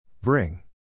Bring